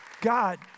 God